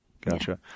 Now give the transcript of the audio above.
Gotcha